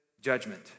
judgment